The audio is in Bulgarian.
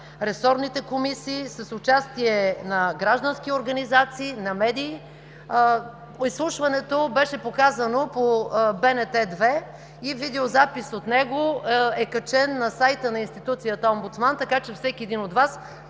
ресорните комисии, с участие на граждански организации, на медии. Изслушването беше показано по БНТ 2 и видеозапис от него е качен на сайта на Институцията Омбудсман, така че всеки един от Вас